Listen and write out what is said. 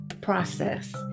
process